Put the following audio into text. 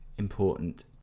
important